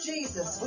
Jesus